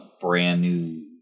brand-new